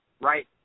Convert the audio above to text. right